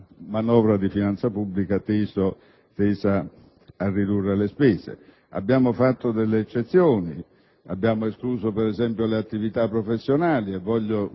manovra di finanza pubblica tesa a ridurre le spese. Abbiamo fatto delle eccezioni. Abbiamo, escluso, ad esempio le attività professionali. Voglio